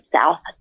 south